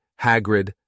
Hagrid